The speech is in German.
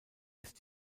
ist